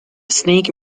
snake